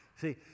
see